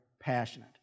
passionate